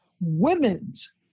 women's